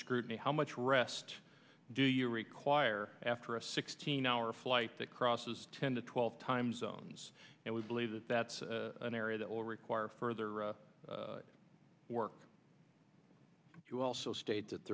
scrutiny how much rest do you require after a sixteen hour flight that crosses ten to twelve time zones and we believe that that's an area that will require further work if you also state that